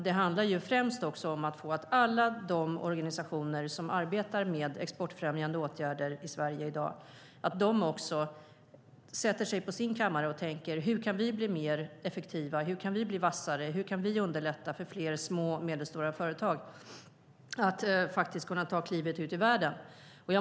Det handlar främst om att alla de organisationer som arbetar med exportfrämjande åtgärder i Sverige i dag också sätter sig på sin kammare och tänker: Hur kan vi bli mer effektiva, hur kan vi bli vassare och hur kan vi underlätta för fler små och medelstora företag att faktiskt kunna ta klivet ut i världen?